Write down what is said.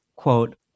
quote